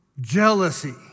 jealousy